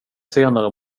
senare